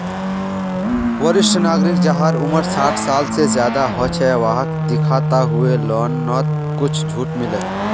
वरिष्ठ नागरिक जहार उम्र साठ साल से ज्यादा हो छे वाहक दिखाता हुए लोननोत कुछ झूट मिले